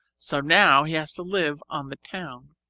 so now he has to live on the town.